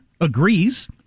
agrees